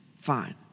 fine